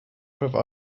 prove